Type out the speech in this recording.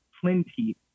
plenty